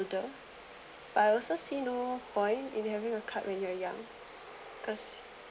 but I also see no point if you having a card when you young cause